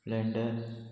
splendor